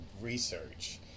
research